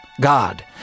God